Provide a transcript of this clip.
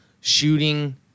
shooting